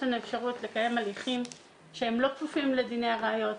יש לנו אפשרות לקיים הליכים שהם לא כפופים לדיני הראיות.